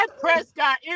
Prescott